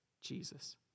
Jesus